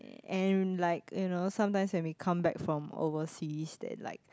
and like you know sometimes when we come back from overseas then like